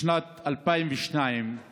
בשנת 2002 הוא